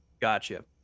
Gotcha